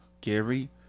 Gary